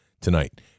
tonight